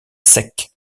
sec